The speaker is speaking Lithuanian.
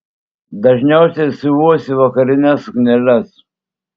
dažniausiai siuvuosi vakarines sukneles